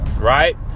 right